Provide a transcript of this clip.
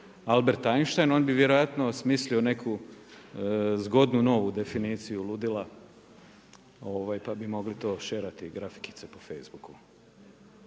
Albert Einstein, on bi vjerojatno osmislio neku zgodnu novu definiciju ludila, pa bi mogli to sherati grafikice po Facebooku.